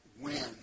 win